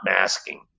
masking